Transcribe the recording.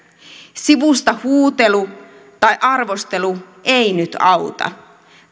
sivusta huutelu tai arvostelu ei nyt auta